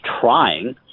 trying